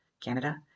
Canada